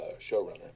showrunner